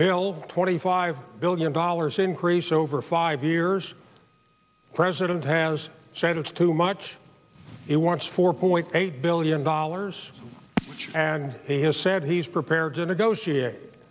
bill twenty five billion dollars increase over five years president has said it's too much it wants four point eight billion dollars and he has said he's prepared to negotiate